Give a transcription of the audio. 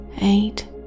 eight